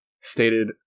stated